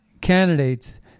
candidates